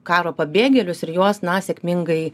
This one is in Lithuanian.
karo pabėgėlius ir juos na sėkmingai